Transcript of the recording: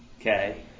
Okay